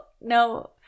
no